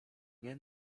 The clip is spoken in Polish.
nie